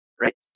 right